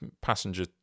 passenger